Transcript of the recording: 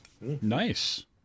Nice